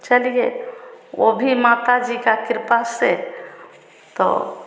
चलिए वह भी माता जी की कृपा से तो